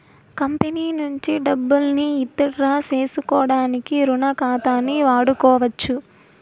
company నుంచి డబ్బుల్ని withdraw సేసుకోడానికి రుణ ఖాతాని వాడుకోవచ్చు